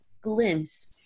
glimpse